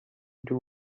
into